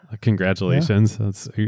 Congratulations